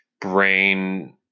brain